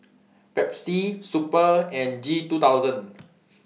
Pepsi Super and G two thousand